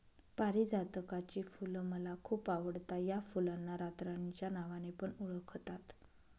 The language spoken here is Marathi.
पारीजातकाची फुल मला खूप आवडता या फुलांना रातराणी च्या नावाने पण ओळखतात